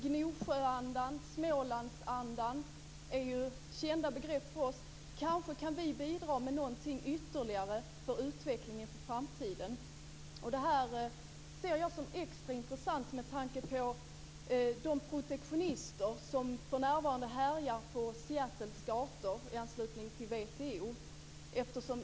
Gnosjöandan och Smålandsandan är ju kända begrepp för oss. Kanske kan vi alltså bidra med någonting ytterligare för utvecklingen för framtiden. Det här ser jag som extra intressant med tanke på de protektionister som för närvarande härjar på Seattles gator i anslutning till WTO.